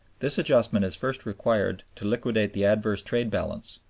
this adjustment is first required to liquidate the adverse trade balance,